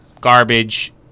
garbage